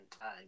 time